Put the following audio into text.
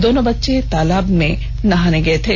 दोनों बच्चे तालाब में नहाने गए गए थे